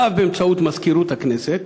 ואף באמצעות מזכירות הכנסת,